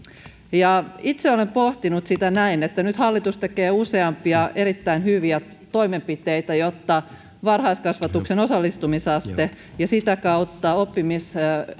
itse olen pohtinut sitä näin että nyt hallitus tekee useampia erittäin hyviä toimenpiteitä jotta varhaiskasvatuksen osallistumisaste ja sitä kautta oppimis